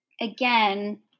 again